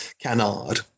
canard